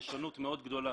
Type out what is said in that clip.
יש שונות מאוד גדולה